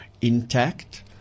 intact